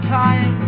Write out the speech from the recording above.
time